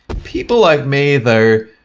people like me though,